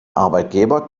arbeitgeber